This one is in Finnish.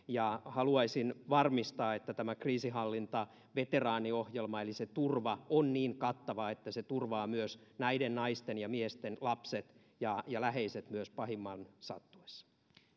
ja haluaisin varmistaa että tämä kriisinhallintaveteraaniohjelma eli se turva on niin kattava että se turvaa myös näiden naisten ja miesten lapset ja ja läheiset myös pahimman sattuessa